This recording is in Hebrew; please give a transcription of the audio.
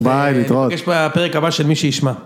ביי, להתראות. נפגש בפרק הבא של מי שישמע.